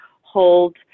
hold